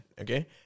okay